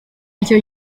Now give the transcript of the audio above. icyo